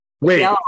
wait